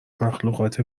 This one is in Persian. مخلوقات